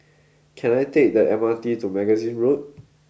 can I take the M R T to Magazine Road